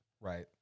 Right